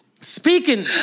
Speaking